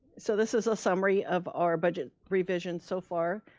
so this is a summary of our budget revisions so far.